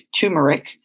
turmeric